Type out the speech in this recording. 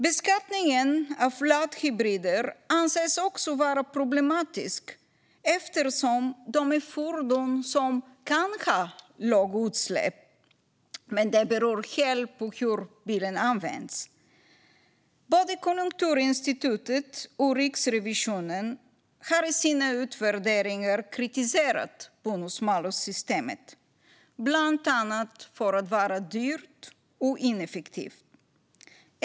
Beskattningen av laddhybrider anses också vara problematisk, eftersom de är fordon som kan ha låga utsläpp, men det beror helt på hur de används. Både Konjunkturinstitutet och Riksrevisionen har i sina utvärderingar kritiserat bonus-malus-systemet, bland annat för att vara dyrt och ineffektivt.